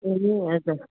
ए हजुर